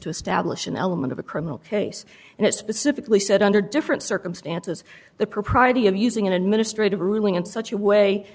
to establish an element of a criminal case and it specifically said under different circumstances the propriety of using an administrative ruling in such a way